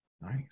Nice